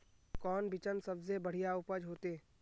कौन बिचन सबसे बढ़िया उपज होते?